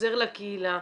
חוזר לקהילה,